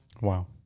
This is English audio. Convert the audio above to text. Wow